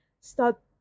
start